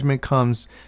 comes